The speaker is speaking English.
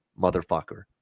motherfucker